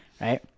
right